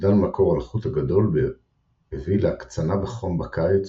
אובדן מקור הלחות הגדול הביא להקצנה בחום בקיץ